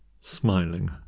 smiling